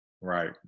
right